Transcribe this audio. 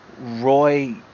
Roy